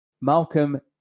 Malcolm